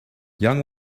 young